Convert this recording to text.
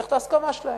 צריך את ההסכמה שלהם,